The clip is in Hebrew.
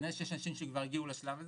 כנראה שיש אנשים שהגיעו לשלב הזה.